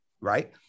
right